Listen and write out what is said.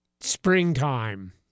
Springtime